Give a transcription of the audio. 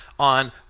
On